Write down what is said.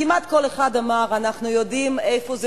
כמעט כל אחד אמר: אנחנו יודעים איפה זה